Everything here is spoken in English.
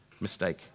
mistake